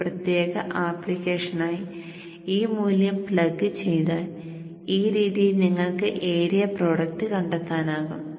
ഒരു പ്രത്യേക ആപ്ലിക്കേഷനായി ഈ മൂല്യം പ്ലഗ് ചെയ്താൽ ഈ രീതിയിൽ നിങ്ങൾക്ക് ഏരിയ പ്രോഡക്റ്റ് കണ്ടെത്താനാകും